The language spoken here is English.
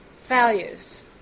values